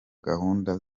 gahunda